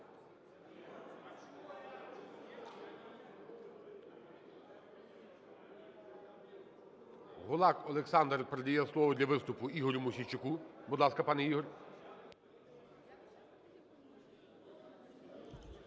Гулак Олександр передає слово для виступу Ігорю Мосійчуку. Будь ласка, пане Ігор.